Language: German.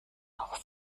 noch